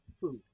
Food